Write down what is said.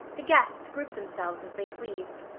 the guests grouped themselves as they pleased.